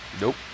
Nope